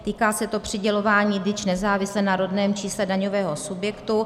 Týká se to přidělování DIČ nezávisle na rodném čísle daňového subjektu.